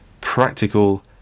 practical